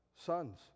sons